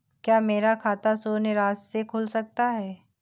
क्या मेरा खाता शून्य राशि से खुल सकता है?